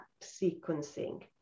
sequencing